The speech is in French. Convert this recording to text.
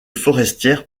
forestière